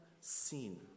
sin